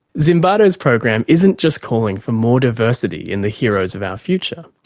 zimbardo's program isn't just calling for more diversity in the heroes of our future,